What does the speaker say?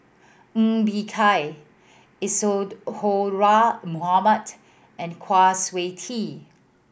Ng Bee Kia Isadhora Mohamed and Kwa Siew Tee